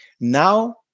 Now